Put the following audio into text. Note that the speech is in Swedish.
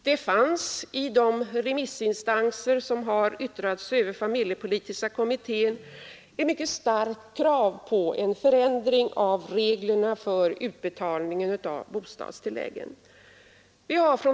Det fanns i remissyttrandena över familjepolitiska kommitténs betänkande ett mycket starkt krav på en förändring av reglerna för utbetalning av bostadstilläggen.